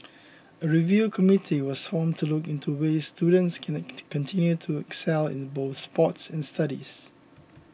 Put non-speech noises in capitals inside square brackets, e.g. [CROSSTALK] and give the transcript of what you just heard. a review committee was formed to look into ways students can [UNINTELLIGIBLE] continue to excel in both sports and studies